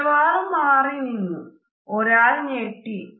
മിക്കവരും മാറി നിന്നു ഒരാൾ ഞെട്ടി